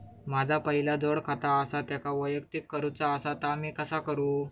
माझा पहिला जोडखाता आसा त्याका वैयक्तिक करूचा असा ता मी कसा करू?